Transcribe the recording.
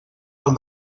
del